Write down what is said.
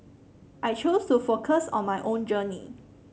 I choose to focus on my own journey